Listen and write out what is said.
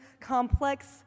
complex